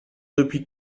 depuis